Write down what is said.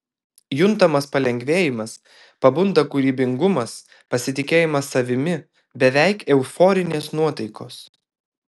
juntamas palengvėjimas pabunda kūrybingumas pasitikėjimas savimi beveik euforinės nuotaikos